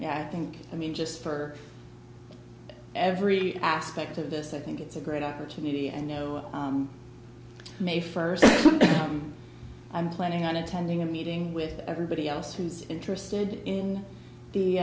know i think i mean just for every aspect of this i think it's a great opportunity and no may first i'm planning on attending a meeting with everybody else who's interested in the